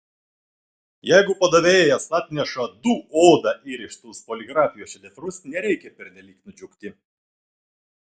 jeigu padavėjas atneša du oda įrištus poligrafijos šedevrus nereikia pernelyg nudžiugti